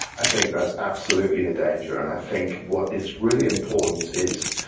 i think that's absolutely a danger, and i think what is really important is,